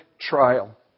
trial